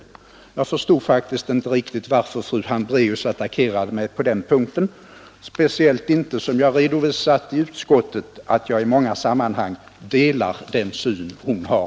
Jag förstår faktiskt inte riktigt varför fru Hambraeus attackerade mig på den punkten, speciellt inte som jag i utskottet redovisat att jag i många sammanhang delar den syn hon har.